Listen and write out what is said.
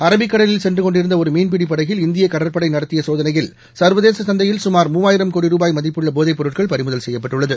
அரபி கடலில் சென்றுக்கொண்டிருந்த ஒரு மீன் பிடி படகில் இந்திய கடற்படை நடத்திய சோதனையில் சள்வதேச சந்தையில் சுமார் முவாயிரம் கோடி ருபாய் மதிப்புள்ள போதை பொருட்கள் பறிமுதல் செய்யப்பட்டுள்ளது